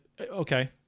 Okay